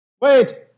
wait